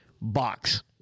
box